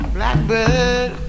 Blackbird